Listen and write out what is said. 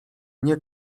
nie